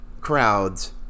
crowds